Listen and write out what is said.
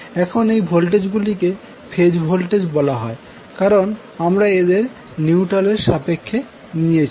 এখন এই ভোল্টেজ গুলিকে ফেজ ভোল্টেজ বলা হয় কারন আমরা এদের নিউট্রাল এর সাপেক্ষে নিয়েছি